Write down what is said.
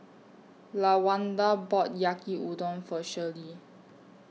Lawanda bought Yaki Udon For Shirlie